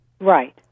Right